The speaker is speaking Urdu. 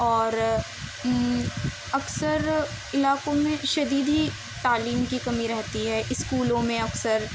اور اکثر علاقوں میں شدید تعلیم کی کمی رہتی ہے اسکولوں میں اکثر